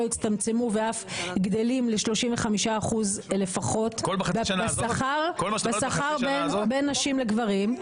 הצטמצמו ואף גדלים ל-35% בשכר בין נשים לגברים.